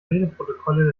redeprotokolle